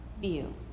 view